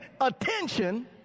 attention